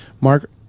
mark